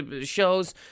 shows